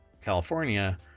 California